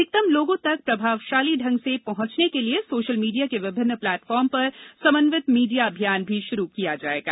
अधिकतम लोगों तक प्रभावशाली ढंग से पहंचने के लिए सोशल मीडिया के विभिन्न प्लेटफॉर्म पर समन्वित मीडिया अभियान भी शुरू किया जाएगा